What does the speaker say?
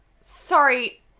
sorry